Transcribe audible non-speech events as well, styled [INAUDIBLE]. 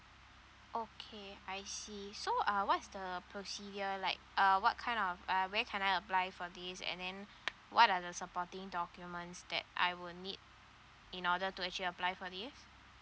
okay I see so uh what's the procedure like uh what kind of uh where can I apply for this and then [BREATH] what are the supporting documents that I will need in order to actually apply for this